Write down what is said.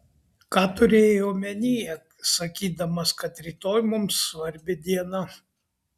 ką turėjai omenyje sakydamas kad rytoj mums svarbi diena